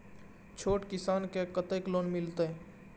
छोट किसान के कतेक लोन मिलते?